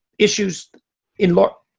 issues in large.